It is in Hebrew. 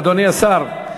אדוני השר.